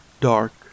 dark